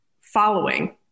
following